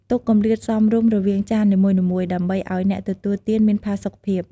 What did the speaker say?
ទុកគម្លាតសមរម្យរវាងចាននីមួយៗ ដើម្បីឱ្យអ្នកទទួលទានមានផាសុខភាព។